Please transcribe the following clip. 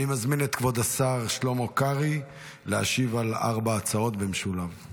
אני מזמין את כבוד השר שלמה קרעי להשיב על ארבע ההצעות במשולב.